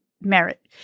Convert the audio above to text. merit